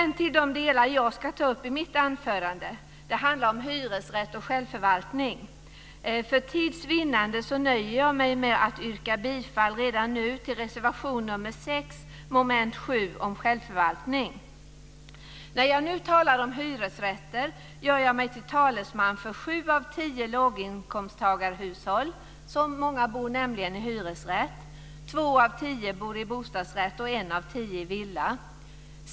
Nu till de delar som jag ska ta upp i mitt anförande. Det handlar om hyresrätt och självförvaltning. För tids vinnande nöjer jag mig med att yrka bifall redan nu till reservation nr 6 under mom. 7 om självförvaltning. När jag nu talar om hyresrätter gör jag mig till talesman för sju av tio låginkomsttagarhushåll. Så många bor nämligen i hyresrätt. Två av tio bor i bostadsrätt och en av tio i villa.